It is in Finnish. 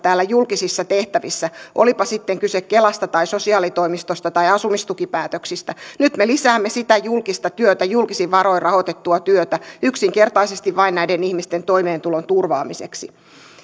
julkisissa tehtävissä olipa sitten kyse kelasta tai sosiaalitoimistosta tai asumistukipäätöksistä nyt me lisäämme sitä julkista työtä julkisin varoin rahoitettua työtä yksinkertaisesti vain näiden ihmisten toimeentulon turvaamiseksi